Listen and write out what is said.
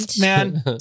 Man